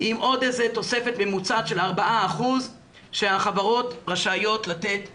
עם עוד איזו תוספת ממוצעת של 4% שהחברות רשאיות לתת לעובדים.